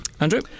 Andrew